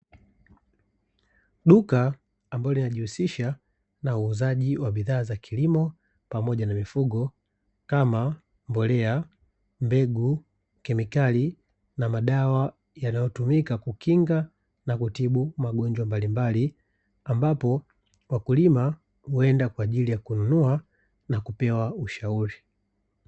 Duka ambalo linajihusisha na uuzaji wa bidhaa za kilimo pamoja na mifugo kama mbolea, mbegu, kemikali na madawa, yanayotumika kukinga na kutibu magonjwa mbalimbali; ambapo wakulima huenda kwa ajili ya kununua na kupewa ushauri.